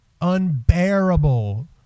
unbearable